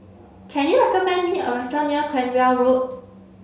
can you recommend me a restaurant near Cranwell Road